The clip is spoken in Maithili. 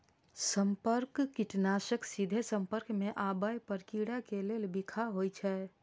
संपर्क कीटनाशक सीधे संपर्क मे आबै पर कीड़ा के लेल बिखाह होइ छै